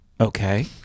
Okay